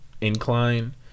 incline